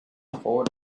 before